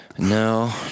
No